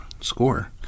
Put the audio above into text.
score